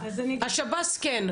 השב"ס כן.